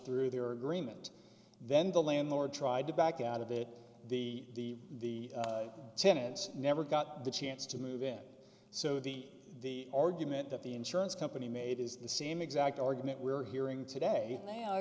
through their agreement then the landlord tried to back out of it the the tenants never got the chance to move it so the the argument that the insurance company made is the same exact argument we're hearing today